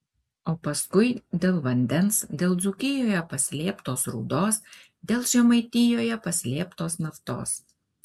o paskui dėl vandens dėl dzūkijoje paslėptos rūdos dėl žemaitijoje paslėptos naftos